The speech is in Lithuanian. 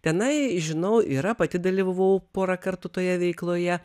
tenai žinau yra pati dalyvavau porą kartų toje veikloje